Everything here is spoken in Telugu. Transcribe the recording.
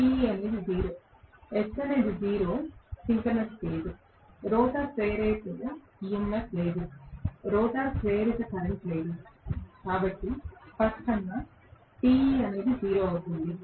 S అనేది 0 సింక్రోనస్ స్పీడ్ రోటర్ ప్రేరిత EMF లేదు రోటర్ ప్రేరిత కరెంట్ లేదు కాబట్టి స్పష్టంగా Te అనేది 0 అవుతుంది